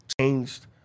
changed